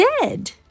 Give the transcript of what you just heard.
dead